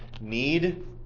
need